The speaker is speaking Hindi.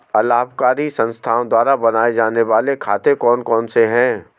अलाभकारी संस्थाओं द्वारा बनाए जाने वाले खाते कौन कौनसे हैं?